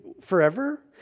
forever